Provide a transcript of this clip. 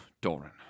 doran